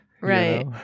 Right